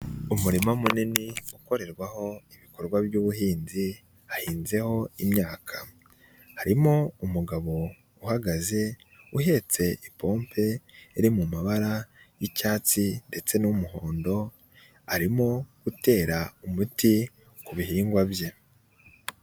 Umurima munini ukorerwaho ibikorwa by'ubuhinzi hahinzeho imyaka, harimo umugabo uhagaze uhetse ipompe iri mu mabara y'icyatsi ndetse n'umuhondo, arimo gutera umuti mu bihingwa bye.